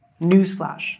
Newsflash